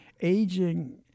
aging